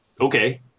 okay